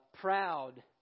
proud